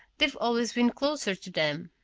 they've always been closer to them.